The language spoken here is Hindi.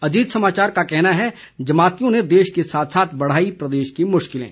अजीत समाचार का कहना है जमातियों ने देश के साथ साथ बढ़ाई प्रदेश की मुश्किलें